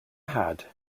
had